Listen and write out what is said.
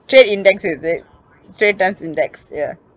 trade index is it straits time index ya